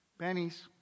Pennies